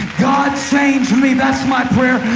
god, change me. that's my prayer.